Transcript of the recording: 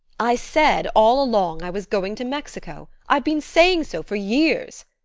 i said all along i was going to mexico i've been saying so for years!